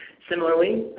similarly,